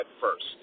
first